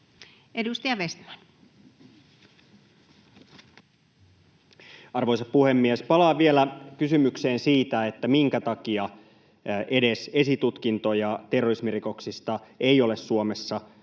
Edustaja Vestman. Arvoisa puhemies! Palaan vielä kysymykseen siitä, minkä takia edes esitutkintoja terrorismirikoksista ei ole Suomessa